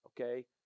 okay